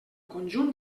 conjunt